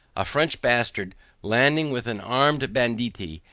a french bastard landing with an armed banditti,